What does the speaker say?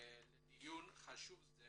לדיון חשוב זה